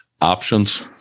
options